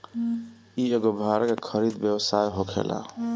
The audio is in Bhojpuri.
इ एगो भाड़ा के खरीद व्यवस्था होखेला